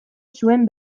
zuen